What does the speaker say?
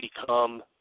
become